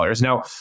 Now